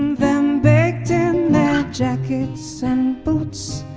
them baked in their jackets and boots,